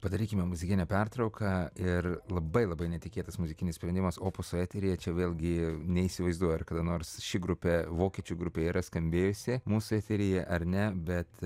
padarykime muzikinę pertrauką ir labai labai netikėtas muzikinis sprendimas opuso eteryje čia vėlgi neįsivaizduoju ar kada nors ši grupė vokiečių grupė yra skambėjusi mūsų eteryje ar ne bet